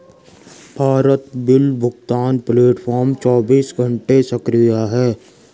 Bharat bill भुगतान platform चौबीसों घंटे सक्रिय है